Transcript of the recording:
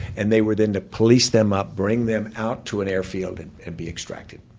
and they were then to police them up, bring them out to an airfield and and be extracted.